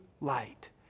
light